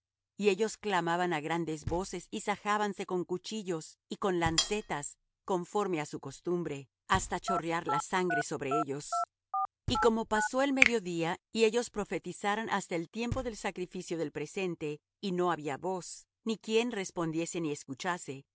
y ellos clamaban á grandes voces y sajábanse con cuchillos y con lancetas conforme á su costumbre hasta chorrear la sangre sobre ellos y como pasó el medio día y ellos profetizaran hasta el tiempo del sacrificio del presente y no había voz ni quien respondiese ni escuchase